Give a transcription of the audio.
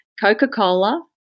Coca-Cola